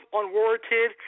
unwarranted